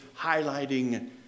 highlighting